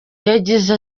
yagize